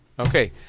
Okay